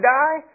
die